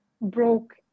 broke